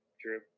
true